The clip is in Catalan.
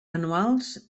anuals